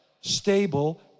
stable